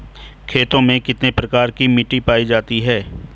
खेतों में कितने प्रकार की मिटी पायी जाती हैं?